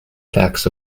facts